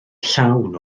llawn